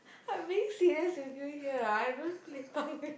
I'm being serious with you here ah you don't play punk with